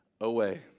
away